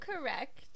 correct